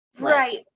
Right